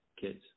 kids